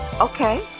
Okay